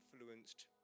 influenced